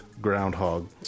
groundhog